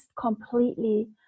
completely